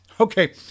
Okay